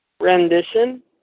Rendition